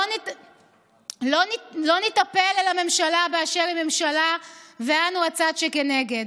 לא ניטפל אל הממשלה באשר היא ממשלה ואנו הצד שכנגד.